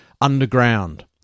underground